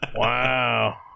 Wow